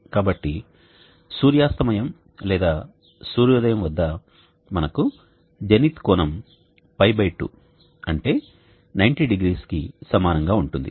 కాబట్టి సూర్యాస్తమయం లేదా సూర్యోదయం వద్ద మనకు జెనిత్ కోణం π2 అంటే 900కి సమానంగా ఉంటుంది